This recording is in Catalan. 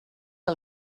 que